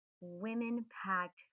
women-packed